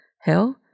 hell